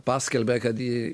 paskelbė kad ji